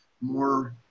more